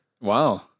Wow